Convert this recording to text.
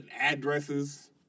addresses